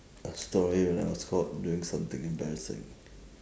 a story when I was caught doing something embarassing